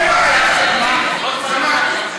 זה נגד השריעה.